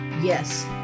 Yes